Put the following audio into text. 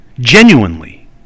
genuinely